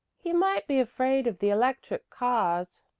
he might be afraid of the electric cars.